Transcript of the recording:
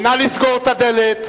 נא לסגור את הדלת,